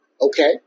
Okay